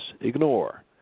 ignore